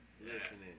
listening